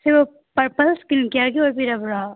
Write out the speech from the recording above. ꯁꯤꯕꯨ ꯄꯔꯄꯜ ꯏꯁꯀꯤꯟ ꯀꯤꯌꯥꯔꯒꯤ ꯑꯣꯏꯕꯤꯔꯕꯔꯣ